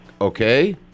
Okay